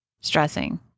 stressing